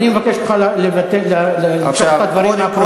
אני מבקש ממך למשוך את הדברים מהפרוטוקול.